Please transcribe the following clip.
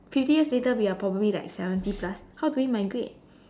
fifty years later we are probably like seventy plus how do we migrate